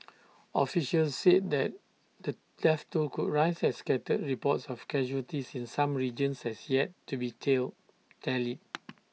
officials said that the death toll could rise as scattered reports of casualties in some regions has yet to be tell tallied